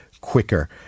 quicker